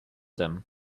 them